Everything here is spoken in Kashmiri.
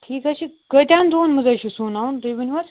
ٹھیٖک حظ کۭتہِ ہان دۄہَن منٛز حظ چھُو سُوناوُن تُہۍ ؤنِو حظ